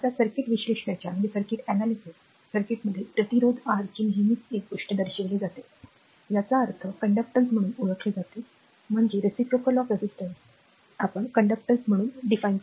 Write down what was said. आता सर्किट विश्लेषणाच्या सर्किटमध्ये प्रतिरोध Rची नेहमीच एक गोष्ट दर्शविली जाते याचा अर्थ आचरण म्हणून ओळखले जाते म्हणजे प्रतिरोधचे पारस्परिक आवाहन बरोबर